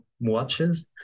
watches